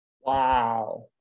wow